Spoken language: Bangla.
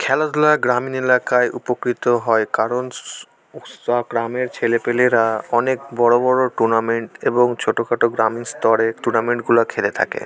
খেলাধূলা গ্রামীণ এলাকায় উপকৃত হয় কারণ সব গ্রামের ছেলেপেলেরা অনেক বড় বড় টুর্নামেন্ট এবং ছোটখাটো গ্রামীণ স্তরে টুর্নামেন্টগুলো খেলে থাকে